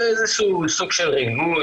זה איזשהו סוג של ריגוש,